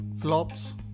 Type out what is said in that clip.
flops